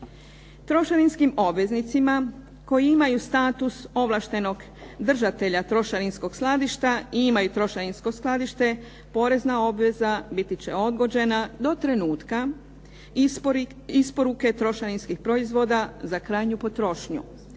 Trošarinskim obveznicima koji imaju status ovlaštenog držatelja trošarinskog skladišta i imaju trošarinsko skladište, porezna obveza biti će odgođena do trenutka isporuke trošarinskih proizvoda za krajnju potrošnju,